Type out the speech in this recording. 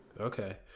okay